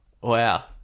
Wow